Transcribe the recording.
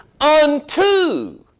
unto